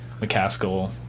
McCaskill